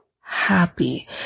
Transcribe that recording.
happy